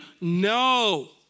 No